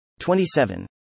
27